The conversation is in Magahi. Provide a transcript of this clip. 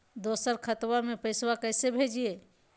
दोसर खतबा में पैसबा कैसे भेजिए?